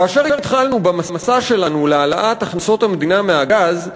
כאשר התחלנו במסע שלנו להעלאת הכנסות המדינה מהגז,